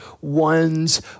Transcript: one's